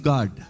God